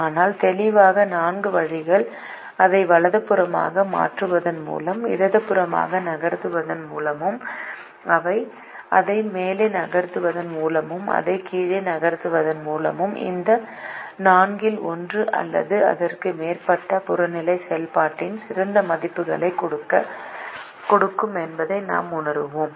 ஆனால் தெளிவாக 4 வழிகள் அதை வலதுபுறமாக மாற்றுவதன் மூலம் இடதுபுறமாக நகர்த்துவதன் மூலம் அதை மேலே நகர்த்துவதன் மூலமும் அதை கீழே நகர்த்துவதன் மூலமும் இந்த 4 இல் ஒன்று அல்லது அதற்கு மேற்பட்டவை புறநிலை செயல்பாட்டின் சிறந்த மதிப்புகளைக் கொடுக்கும் என்பதை நாம் உணருவோம்